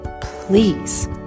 please